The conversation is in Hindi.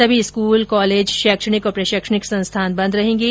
सभी स्कूल कॉलेज शैक्षणिक और प्रशैक्षणिक संस्थान बंद रहेंगे